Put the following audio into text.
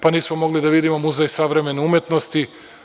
Pa, nismo mogli da vidimo Muzej savremen umetnosti.